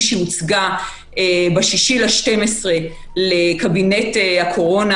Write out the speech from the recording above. שהיא הוצגה ב-6 בדצמבר לקבינט הקורונה.